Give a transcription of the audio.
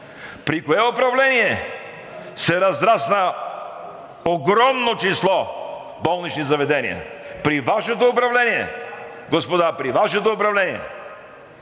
при кое управление се разрасна огромно число болнични заведения? При Вашето управление, господа! При Вашето управление!